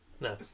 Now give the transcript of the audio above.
No